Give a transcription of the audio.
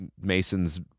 Mason's